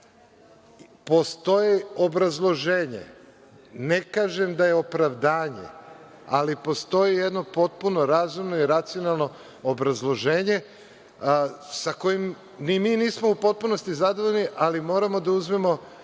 postoji obrazloženje, ne kažem da je opravdanje, ali postoji jedno potpuno razumno i racionalno obrazloženje sa kojim ni mi nismo u potpunosti zadovoljni, ali moramo da uzmemo